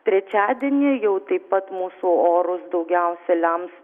trečiadienį jau taip pat mūsų orus daugiausia lems